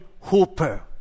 Hooper